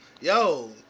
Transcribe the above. Yo